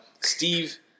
Steve